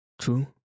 True